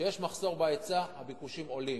כשיש מחסור בהיצע הביקושים עולים,